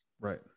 Right